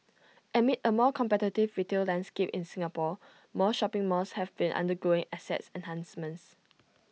amid A more competitive retail landscape in Singapore more shopping malls have been undergoing asset enhancements